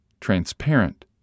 transparent